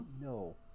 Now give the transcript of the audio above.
No